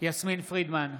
יסמין פרידמן,